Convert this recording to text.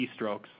keystrokes